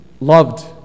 loved